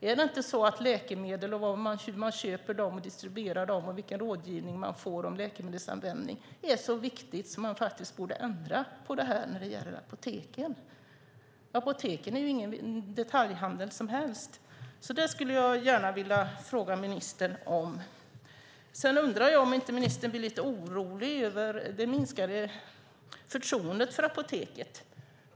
Är det inte så att läkemedel, var man köper och distribuerar dessa samt vilken rådgivning man får om läkemedelsanvändning är så viktigt att man faktiskt borde ändra på detta när det gäller apoteken? Apoteken är inte vilken detaljhandel som helst. Det skulle jag alltså gärna vilja fråga ministern om. Sedan undrar jag om inte ministern blir lite orolig över det minskade förtroendet för apoteken.